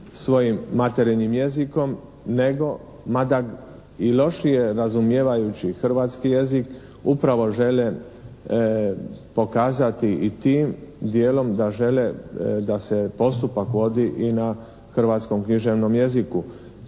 svojim materinjim jezikom nego mada i lošije razumijevajući hrvatski jezik upravo žele pokazati i tim dijelom da žele, da se postupak vodi i na hrvatskom književnom jeziku.